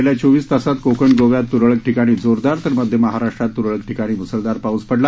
गेल्या चोविस तासात कोकण गोव्यात तुरळक ठिकाणी जोरदार तर मध्य महाराष्ट्रात तुरळक ठिकाणी मुसळधार पाऊस पडला